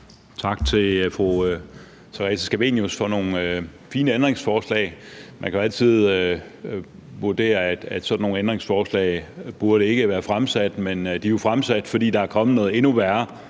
Tak til fru Theresa Scavenius for nogle fine ændringsforslag. Man kan jo altid vurdere, at sådan nogle ændringsforslag ikke burde være stillet, men de er jo stillet, fordi der er kommet noget endnu værre,